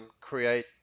create